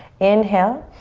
inhale.